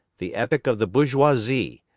the epoch of the bourgeoisie,